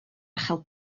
chael